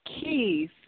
Keith